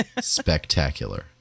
spectacular